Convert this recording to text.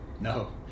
No